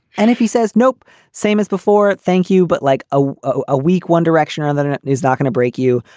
and if he says nope same as before. thank you. but like a a week one direction or that and is not going to break you.